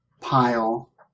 pile